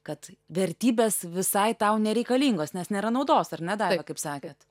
kad vertybės visai tau nereikalingos nes nėra naudos ar ne daiva kaip sakėt